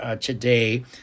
today